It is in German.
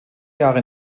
jahre